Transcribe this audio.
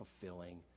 fulfilling